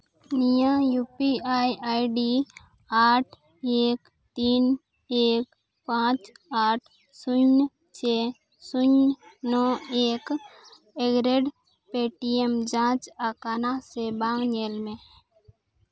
ᱱᱤᱭᱟᱹ U P I ID ᱟᱴ ᱮᱹᱠ ᱛᱤᱱ ᱮᱠ ᱯᱟᱸᱪ ᱟᱴ ᱥᱩᱱᱱᱚ ᱪᱷᱚᱭ ᱥᱩᱱᱱᱚ ᱮᱹᱠ ᱮᱜᱽᱨᱮᱹᱴ ᱯᱮᱴᱤᱭᱮᱢ ᱡᱟᱪ ᱟᱠᱟᱱᱟ ᱥᱮ ᱵᱟᱝ ᱧᱮᱞ ᱢᱮ